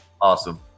Awesome